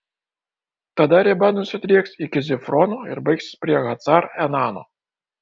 tada riba nusidrieks iki zifrono ir baigsis prie hacar enano